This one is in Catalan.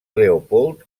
leopold